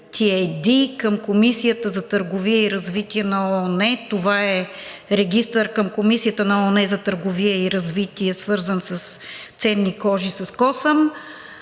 към Комисията за търговия и развитие на ООН – това е регистър към Комисията на ООН за търговия и развитие, свързан с ценни кожи с косъм,